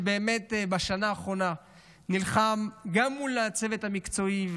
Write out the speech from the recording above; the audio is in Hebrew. שבשנה האחרונה נלחם גם מול הצוות המקצועי,